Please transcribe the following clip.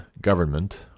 government